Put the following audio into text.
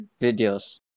Videos